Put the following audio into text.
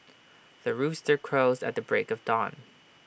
the rooster crows at the break of dawn